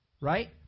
right